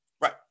Right